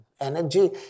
energy